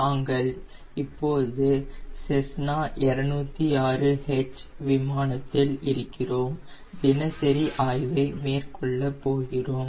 நாங்கள் இப்போது Cessna 206 H விமானத்தில் இருக்கிறோம் தினசரி ஆய்வை மேற்கொள்ள போகிறோம்